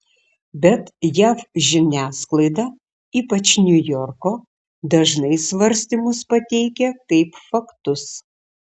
bet jav žiniasklaida ypač niujorko dažnai svarstymus pateikia kaip faktus